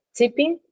tipping